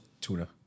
tuna